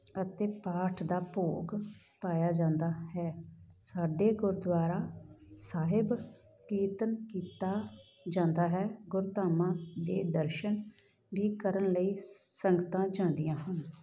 ਅਤੇ ਪਾਠ ਦਾ ਭੋਗ ਪਾਇਆ ਜਾਂਦਾ ਹੈ ਸਾਡੇ ਗੁਰਦੁਆਰਾ ਸਾਹਿਬ ਕੀਰਤਨ ਕੀਤਾ ਜਾਂਦਾ ਹੈ ਗੁਰਧਾਮਾਂ ਦੇ ਦਰਸ਼ਨ ਵੀ ਕਰਨ ਲਈ ਸੰਗਤਾਂ ਜਾਂਦੀਆਂ ਹਨ